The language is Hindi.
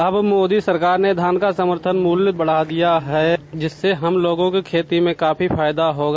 अब मोदी सरकार ने धान का समर्थन मूल्य बढ़ा दिया है जिससे हम लोगों की खेती में काफी फायदा होगा